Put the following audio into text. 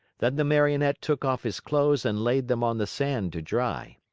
then the marionette took off his clothes and laid them on the sand to dry.